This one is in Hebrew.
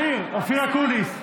אופיר, אופיר אקוניס,